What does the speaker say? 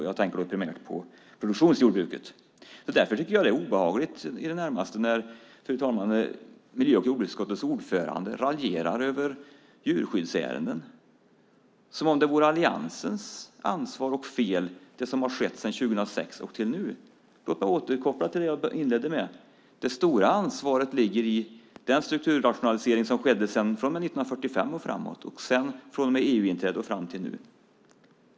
Jag tänker då primärt på produktionsjordbruket. Fru talman! Det är i det närmaste obehagligt när utskottets ordförande raljerar över djurskyddsärenden som om det som skett sedan 2006 och till nu vore Alliansens ansvar och fel. Låt mig återkoppla till det jag inledde med. Det stora ansvaret ligger i den strukturrationalisering som skedde från och med 1945 och framåt och sedan från och med EU-inträdet och fram till nu.